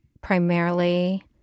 primarily